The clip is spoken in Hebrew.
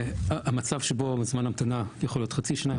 המצב שבו זמן המתנה יכול להיות חצי שנה,